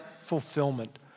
fulfillment